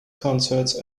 concerts